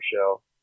shell